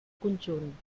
conjunt